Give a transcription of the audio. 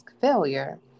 failure